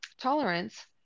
tolerance